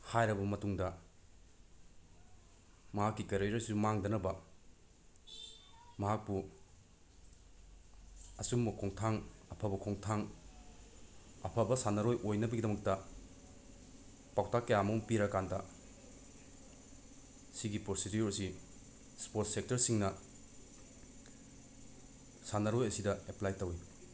ꯍꯥꯏꯔꯕ ꯃꯇꯨꯡꯗ ꯃꯍꯥꯛꯀꯤ ꯀꯔꯤꯌꯔꯗꯁꯨ ꯃꯥꯡꯗꯅꯕ ꯃꯍꯥꯛꯄꯨ ꯑꯆꯨꯝꯕ ꯈꯣꯡꯊꯥꯡ ꯑꯐꯕ ꯈꯣꯡꯊꯥꯡ ꯑꯐꯕ ꯁꯥꯟꯅꯔꯣꯏ ꯑꯣꯏꯅꯕꯒꯤꯗꯃꯛꯇ ꯄꯥꯎꯇꯥꯛ ꯀꯌꯥꯃꯔꯨꯝ ꯄꯤꯔꯥꯀꯥꯟꯗ ꯁꯤꯒꯤ ꯄ꯭ꯔꯣꯁꯤꯗ꯭ꯌꯨꯔꯁꯤ ꯁ꯭ꯄꯣꯔꯠꯁ ꯁꯦꯛꯇꯔꯁꯤꯡꯅ ꯁꯥꯟꯅꯔꯣꯏ ꯑꯁꯤꯗ ꯑꯦꯞꯄ꯭ꯂꯥꯏ ꯇꯧꯏ